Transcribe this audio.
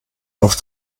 auf